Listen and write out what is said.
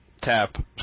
tap